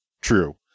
True